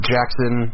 Jackson